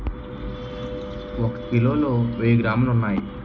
ఒక కిలోలో వెయ్యి గ్రాములు ఉన్నాయి